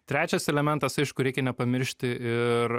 trečias elementas aišku reikia nepamiršti ir